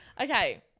Okay